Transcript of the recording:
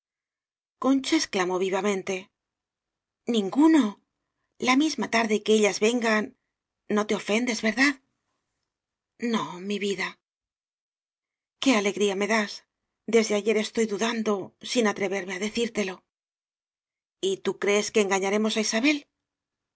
concha exclamó vivamente ninguno la misma tarde que ellas ven gan no te ofendes verdad no mi vida v qué alegría me das desde ayer estoy dudando sin atreverme á decírtelo y tú crees que engañaremos á isabel